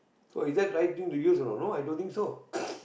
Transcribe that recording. so is that right thing to use a not no i don't think so